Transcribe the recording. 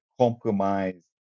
compromise